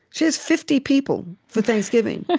she has fifty people for thanksgiving.